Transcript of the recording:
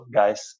guys